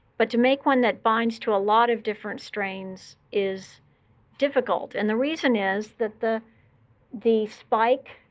but to make one that binds to a lot of different strains is difficult. and the reason is that the the spike